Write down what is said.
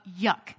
yuck